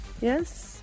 Yes